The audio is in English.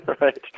Right